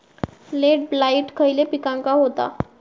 Late blight खयले पिकांका होता?